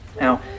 Now